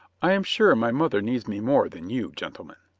i am sure my mother needs me more than you, gentlemen,